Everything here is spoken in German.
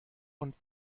und